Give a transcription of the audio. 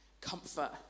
Comfort